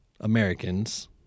Americans